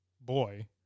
boy